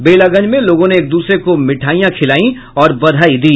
बेलागंज में लोगों ने एक दूसरे को मिठाईयां खिलायी और बधाई दी